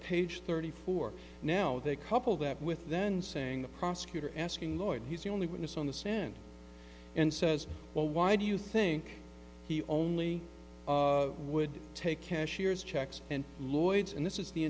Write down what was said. page thirty four now they couple that with then saying the prosecutor asking lloyd he's the only witness on the stand and says well why do you think he only would take cashier's checks and lloyds and this is the